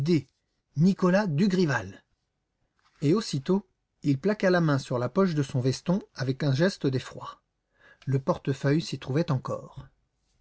nicolas dugrival et aussitôt il plaqua la main sur la poche de son veston avec un geste d'effroi le portefeuille s'y trouvait encore